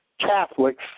Catholics